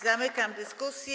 Zamykam dyskusję.